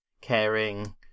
caring